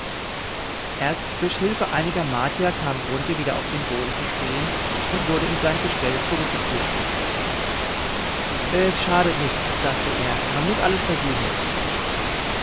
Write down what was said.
erst durch hilfe einiger martier kam grunthe wieder auf den boden zu stehen und wurde in sein gestell zurückgeführt es schadet nichts sagte er man muß alles versuchen